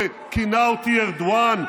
שכינה אותי ארדואן,